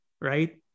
Right